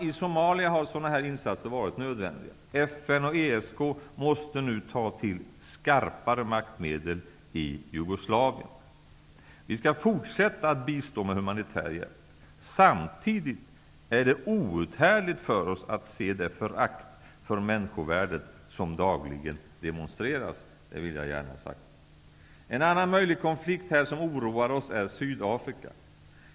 I Somalia har sådana insatser varit nödvändiga. FN och ESK måste nu ta till skarpare maktmedel i Jugoslavien. Vi skall fortsätta att bistå med humanitär hjälp. Samtidigt är det outhärdligt för oss att se det förakt för människovärdet som dagligen demonstreras. Det vill jag gärna ha sagt. En annan möjlig konflikthärd som oroar oss är Sydafrika.